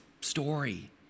story